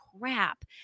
crap